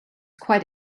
quite